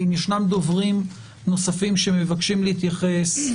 אם יש דוברים נוספים שמבקשים להתייחס,